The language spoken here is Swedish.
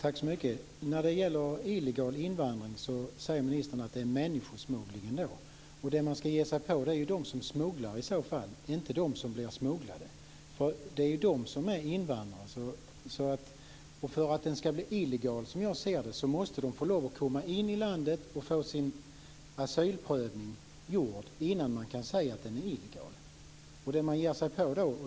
Fru talman! Om illegal invandring säger ministern att det är människosmuggling. Det man i så fall ska ge sig på är de som smugglar, inte de som blir smugglade. Det är de som är invandrare. För att invandringen ska bli illegal, som jag ser det, måste dessa människor få lov att komma in i landet och få sin asylprövning gjord innan man kan säga att det är illegal invandring.